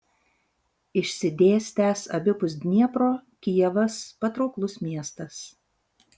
išsidėstęs abipus dniepro kijevas patrauklus miestas